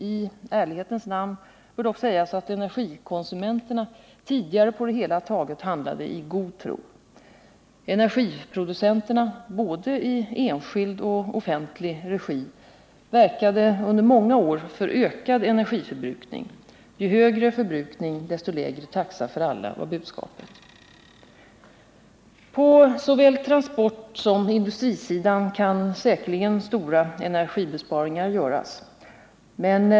I ärlighetens namn bör dock sägas att energikonsumenterna tidigare på det hela taget handlade i god tro. Energiproducenterna — både i enskild och offentlig regi — verkade under många år för ökad energiförbrukning; ju högre förbrukning, desto lägre taxa för alla, var budskapet. På såväl transportsom industrisidan kan säkerligen stora energibesparingar göras.